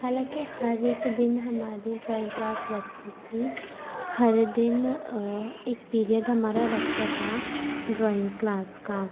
حالانکہ ہر ایک دن ہماری ڈرائنگ کلاس لگتی تھی ہر دن ایک پیریئڈ ہمارا لگتا تھا ڈرائنگ کلاس کا